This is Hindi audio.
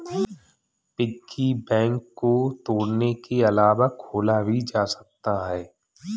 पिग्गी बैंक को तोड़ने के अलावा खोला भी जा सकता है